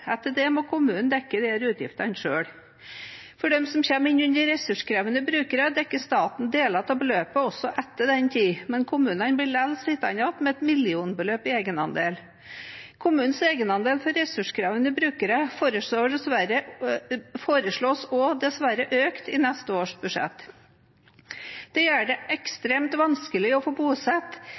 Etter det må kommunen dekke disse utgiftene selv. For dem som kommer inn under ressurskrevende brukere, dekker staten deler av beløpet også etter den tiden, men kommunene blir likevel sittende igjen med et millionbeløp i egenandel. Kommunens egenandel for ressurskrevende brukere foreslås dessverre også økt i neste års budsjett. Det gjør det ekstremt vanskelig å få bosatt